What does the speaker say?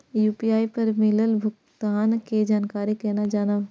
UPI पर मिलल भुगतान के जानकारी केना जानब?